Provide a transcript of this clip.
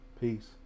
peace